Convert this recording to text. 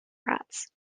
rats